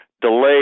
delayed